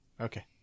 okay